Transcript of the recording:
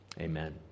Amen